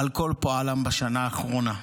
על כל פועלם בשנה האחרונה.